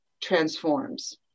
transforms